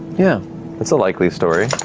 yeah that's a likely story.